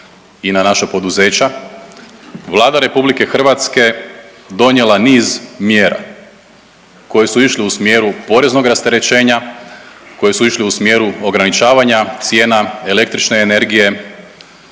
i na naša poduzeća Vlada RH donijela niz mjera koje su išle u smjeru poreznog rasterećenja, koje su išle u smjeru ograničavanja cijena električne energije,